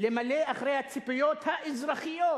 למלא אחר הציפיות האזרחיות